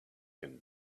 can